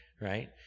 right